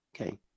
Okay